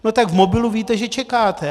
No tak v mobilu víte, že čekáte.